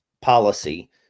policy